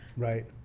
right,